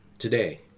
Today